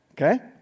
Okay